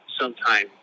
sometime